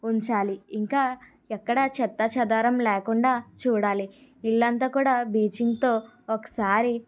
ఉంచాలి ఇంకా ఎక్కడ చెత్తా చెదారం లేకుండా చూడాలి ఇల్లంత కూడా బ్లీచింగ్ తో ఒకసారి